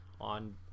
on